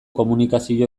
komunikazio